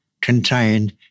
contained